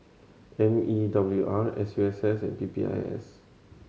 M E W R S U S S and P P I S